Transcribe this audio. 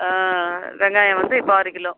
ஆ வெங்காயம் வந்து இப்போ ஆறு கிலோ